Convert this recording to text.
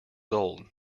old